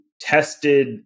tested